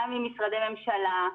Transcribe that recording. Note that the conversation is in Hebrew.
גם עם משרדי ממשלה.